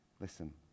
Listen